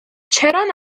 چرا